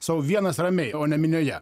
sau vienas ramiai o ne minioje